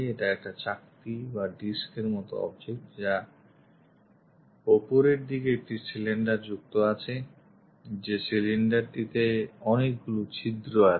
এটা একটা চাকতি বা এর মত object যার ওপরের দিকে একটি সিলিন্ডার যুক্ত আছে যে cylinder টিতে অনেকগুলি ছিদ্র আছে